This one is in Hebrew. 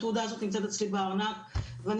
התעודה הזאת נמצאת אצלי בארנק ואני